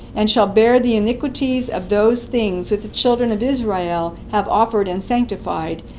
and shall bear the iniquities of those things, which the children of israel have offered and sanctified,